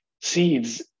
seeds